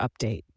update